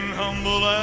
humble